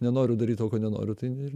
nenoriu daryti to ko nenoriu tai ir